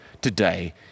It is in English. today